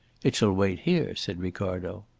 it shall wait here, said ricardo.